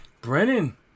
brennan